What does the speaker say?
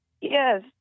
yes